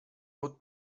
haute